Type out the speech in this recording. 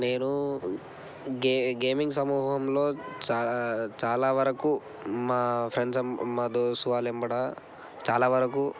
నేను గే గేమింగ్ సమూహంలో చా చాలావరకు మా ఫ్రెండ్స్ మా దోస్తు వాళ్ళ ఎంబట చాలా వరకు